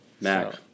Mac